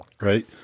right